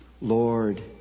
Lord